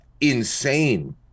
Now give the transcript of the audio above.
insane